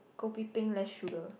kopi peng less sugar